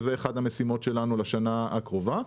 זו אחת המשימות שלנו לשנה הקרובה.